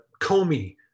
Comey